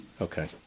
Okay